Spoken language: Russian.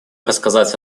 рассказать